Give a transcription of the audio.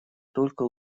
только